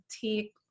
take